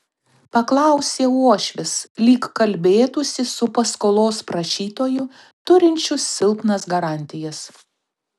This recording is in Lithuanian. paklausė uošvis lyg kalbėtųsi su paskolos prašytoju turinčiu silpnas garantijas